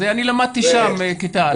אני למדתי שם כיתה א'.